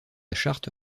charte